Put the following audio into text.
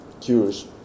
cures